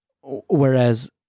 Whereas